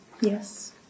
Yes